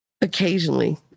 occasionally